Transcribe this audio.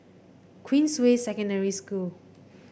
Queensway Secondary School